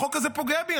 החוק הזה פוגע בי,